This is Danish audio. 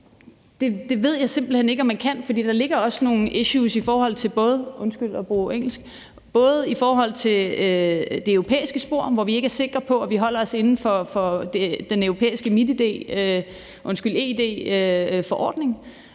det ved jeg simpelt hen ikke om man kan. For der ligger også nogle issues – undskyld, at jeg bruger et engelsk ord – i forhold til det europæiske spor, hvor vi ikke er sikre på, at vi holder os inden for den europæiske eID-forordning.